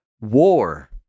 war